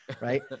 right